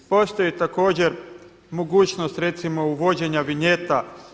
Postoji također mogućnost recimo uvođenja vinjeta.